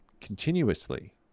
continuously